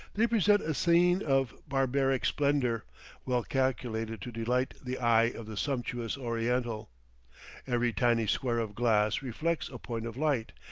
they present a scene of barbaric splendor well calculated to delight the eye of the sumptuous oriental every tiny square of glass reflects a point of light,